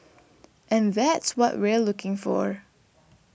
and that's what we're looking for